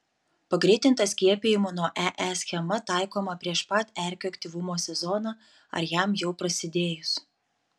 pagreitinta skiepijimų nuo ee schema taikoma prieš pat erkių aktyvumo sezoną ar jam jau prasidėjus